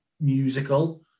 musical